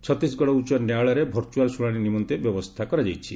ଛତିଶଗଡ଼ ଉଚ୍ଚ ନ୍ୟାୟାଳୟରେ ଭର୍ଚୁଆଲ୍ ଶୁଣାଶି ନିମନ୍ତେ ବ୍ୟବସ୍ଥା କରାଯାଇଛି